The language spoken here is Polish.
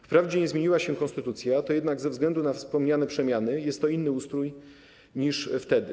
Wprawdzie nie zmieniła się konstytucja, jednak ze względu na wspomniane przemiany jest to inny ustrój niż wtedy.